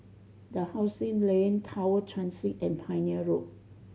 Dalhousie Lane Tower Transit and Pioneer Road